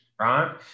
right